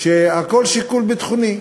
שהכול שיקול ביטחוני,